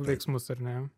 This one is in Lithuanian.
veiksmus ar ne